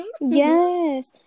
Yes